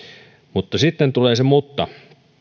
mutta sitten tulee se mutta